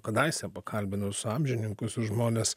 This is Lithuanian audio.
kadaise pakalbinus amžininkus žmones